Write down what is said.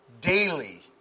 Daily